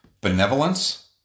benevolence